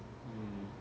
um